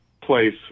place